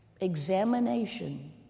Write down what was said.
examination